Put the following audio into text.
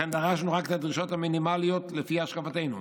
לכן דרשנו רק את הדרישות המינימליות לפי השקפתנו".